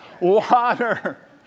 Water